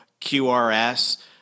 QRS